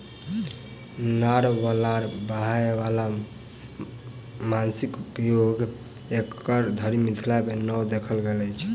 नार वा लार बान्हय बाला मशीनक उपयोग एखन धरि मिथिला मे नै देखल गेल अछि